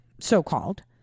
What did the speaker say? so-called